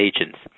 agents